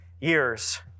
years